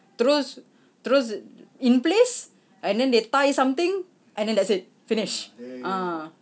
terus terus in place and then they tie something and then that's it finish ah